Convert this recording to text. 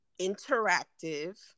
interactive